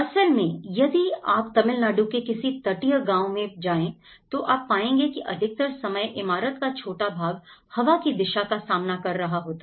असल में यदि आप तमिलनाडु के किसी तटीय गांव में जाएं तो आप पाएंगे कि अधिकतर समय इमारत का छोटा भाग हवा की दिशा का सामना कर रहा होता है